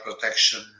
protection